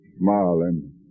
smiling